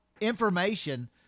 information